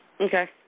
Okay